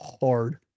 hard